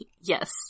Yes